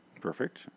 Perfect